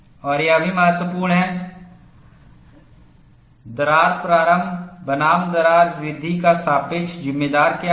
और यह भी महत्वपूर्ण है दरार प्रारंभ बनाम दरार वृद्धि का सापेक्ष जिम्मेदार क्या है